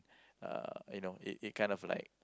uh you know it it kind of like